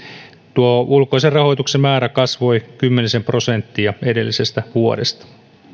tuo ulkoisen rahoituksen määrä kasvoi kymmenisen prosenttia edellisestä vuodesta